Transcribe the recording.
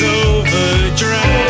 overdrive